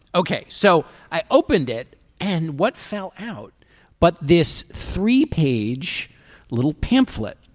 ok. so i opened it and what fell out but this three page little pamphlet.